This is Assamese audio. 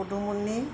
কুদুমণি